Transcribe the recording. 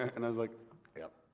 and i was like yup.